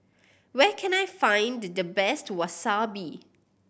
where can I find the the best Wasabi